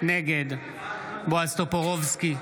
נגד בועז טופורובסקי,